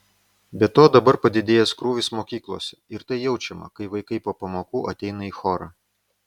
be to dabar padidėjęs krūvis mokyklose ir tai jaučiama kai vaikai po pamokų ateina į chorą